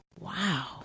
Wow